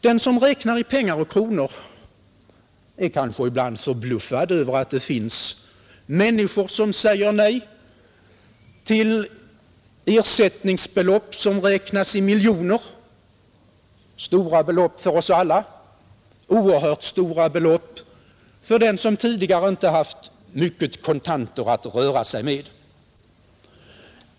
Den som räknar i kronor blir kanske ibland förbluffad över att det finns människor som säger nej till ersättningsbelopp som räknas i miljoner, stora belopp för oss alla och oerhört stora belopp för dem som tidigare inte haft mycket kontanter att röra sig med.